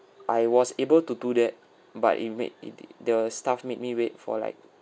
I was able to do that but it made it the staff made me wait for like